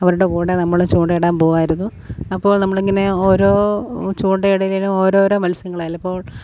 അവരുടെ കൂടെ നമ്മൾ ചൂണ്ടായിടാൻ പോകുമായിരുന്നു അപ്പോൾ നമ്മൾ ഇങ്ങനെ ഓരോ ചൂണ്ടയിടലിനും ഓരോരോ മൽസ്യങ്ങളാണ് അതിലിപ്പോൾ